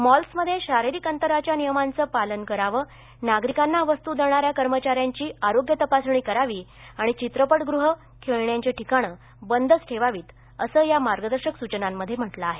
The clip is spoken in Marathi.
मॉल्समध्ये शारिरीक अंतराच्या नियमाचं पालन करावं नागरिकांना वस्तू देणाऱ्या कर्मचाऱ्यांची आरोग्य तपासणी करावी आणि चित्रपट गृह खेळण्याची ठिकाणं बंदच ठेवावीत असं या मार्गदर्शक सूचनांमध्ये सांगितलं आहे